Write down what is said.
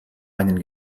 einen